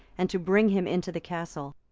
and to bring him into the castle.